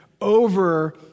over